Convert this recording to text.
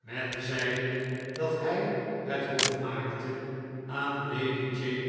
men zeide dat hij het hof rnaakte aan lady jane